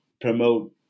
promote